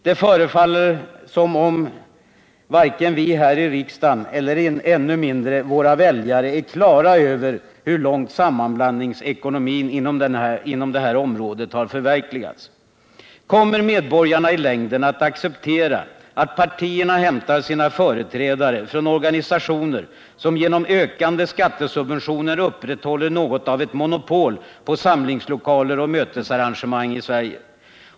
Det förefaller mig som om varken vi här i riksdagen eller ännu mindre våra väljare är på det klara med hur långt sammanblandningsekonomin inom det här området har förverkligats. Kommer medborgarna i längden att acceptera att partierna hämtar sina företrädare från organisationer, som genom ökande skattesubventioner upprätthåller något av ett monopol på samlingslokaler och mötesarrangemang i Sverige?